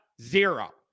Zero